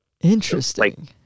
interesting